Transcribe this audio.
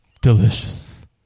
delicious